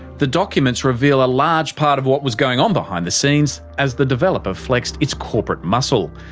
the documents reveal a large part of what was going on behind the scenes as the developer flexed its corporate muscle.